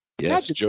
Yes